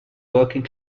working